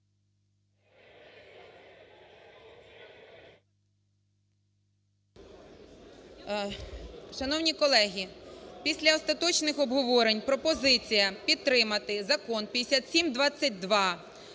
Шановні колеги! Після остаточних обговорень пропозиція підтримати Закон 5722